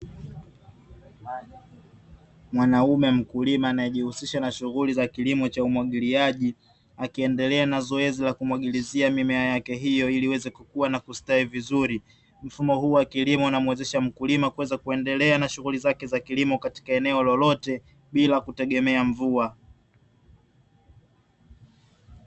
Mwanaume mkulima anayejihusisha na shughuli za kilimo cha umwagiliaji, akiendelea na zoezi la kumwagilizia mimea yake hiyo, ili iweze kukua na kustawi vizuri. Mfumo huu wa kilimo unamwezesha mkulima kuweza kuendelea na shughuli zake za kilimo, katika eneo lolote bila kutegemea mvua.